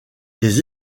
des